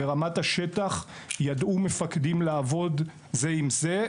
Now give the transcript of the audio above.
ברמת השטח ידעו מפקדים לעבוד זה עם זה.